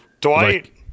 Dwight